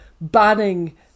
banning